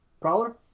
Prowler